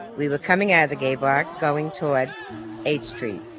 we were coming out of the gay black going toward eighth street